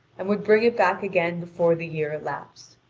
and would bring it back again before the year elapsed.